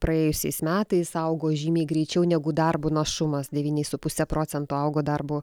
praėjusiais metais augo žymiai greičiau negu darbo našumas devyniais su puse procento augo darbo